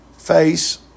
face